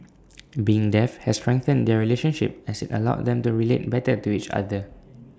being deaf has strengthened their relationship as IT allowed them to relate better to each other